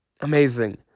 amazing